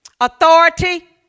authority